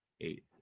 Eight